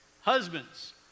Husbands